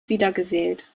wiedergewählt